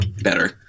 better